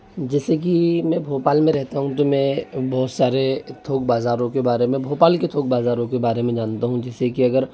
जैसे कि मैं भोपाल में रहता हूँ तो मैं बहुत सारे थोक बाज़ारों के बारे में भोपाल के थोक बाज़ारों के बारे में जानता हूं जैसे कि अगर